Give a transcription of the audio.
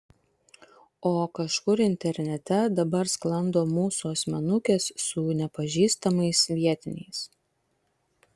o kažkur internete dabar sklando mūsų asmenukės su nepažįstamais vietiniais